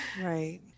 Right